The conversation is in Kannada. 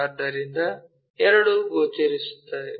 ಆದ್ದರಿಂದ ಎರಡೂ ಗೋಚರಿಸುತ್ತವೆ